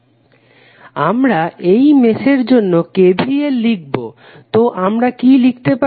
Refer Slide Time 2734 আমরা এই মেশের জন্য KVL লিখবো তো আমরা কি লিখতে পারি